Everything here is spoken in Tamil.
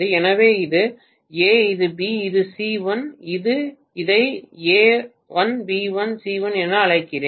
எனவே இது A இது B இது c 1 இதை A1 B1 C1 என அழைக்கிறேன்